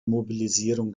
mobilisierung